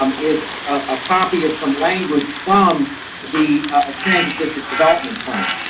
if a copy of some language from the transit districts development plan.